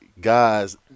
guys –